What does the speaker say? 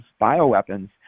bioweapons